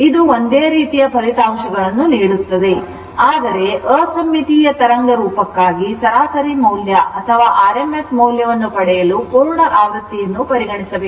ಇದು ಒಂದೇ ರೀತಿಯ ಫಲಿತಾಂಶಗಳನ್ನು ನೀಡುತ್ತದೆ ಆದರೆ ಅಸಮ್ಮಿತೀಯ ತರಂಗ ರೂಪಕ್ಕಾಗಿ ಸರಾಸರಿ ಮೌಲ್ಯ ಅಥವಾ rms ಮೌಲ್ಯವನ್ನು ಪಡೆಯಲು ಪೂರ್ಣಆವೃತ್ತಿಯನ್ನು ಪರಿಗಣಿಸಬೇಕು